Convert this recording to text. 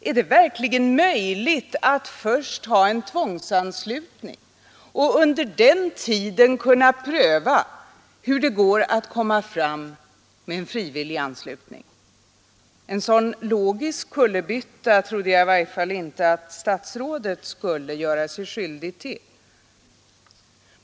Är det verkligen möjligt att först ha en tvångsanslutning och under den tiden pröva om det är möjligt att införa frivillig anslutning? En sådan logisk kullerbytta trodde jag i varje fall inte statsrådet skulle göra sig skyldig till.